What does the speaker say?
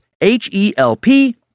H-E-L-P